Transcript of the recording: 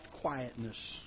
quietness